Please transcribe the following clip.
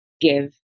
give